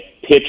pitch